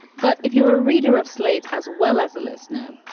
but if you're a reader of slate as well as a listener,